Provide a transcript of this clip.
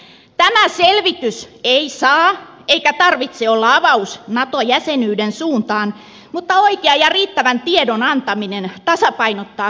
tämä selvitys ei saa eikä sen tarvitse olla avaus nato jäsenyyden suuntaan mutta oikean ja riittävän tiedon antaminen tasapainottaa keskustelua